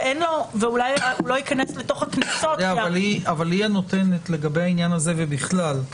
ואולי הוא לא ייכנס לתוך --- היא הנותנת לגבי העניין הזה ובכלל.